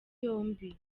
yombi